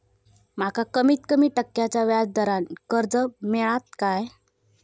माका कमीत कमी टक्क्याच्या व्याज दरान कर्ज मेलात काय?